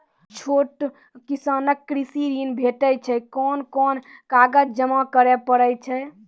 छोट किसानक कृषि ॠण भेटै छै? कून कून कागज जमा करे पड़े छै?